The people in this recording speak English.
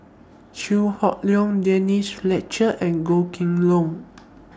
Chew Hock Leong Denise Fletcher and Goh Kheng Long